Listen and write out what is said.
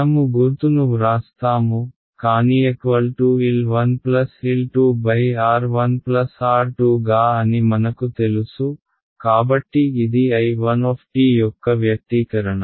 మనము గుర్తును వ్రాస్తాము కానీ L 1 L 2 R 1 R 2 గా అని మనకు తెలుసు కాబట్టి ఇది I1 యొక్క వ్యక్తీకరణ